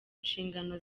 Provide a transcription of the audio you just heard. nshingano